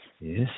Yes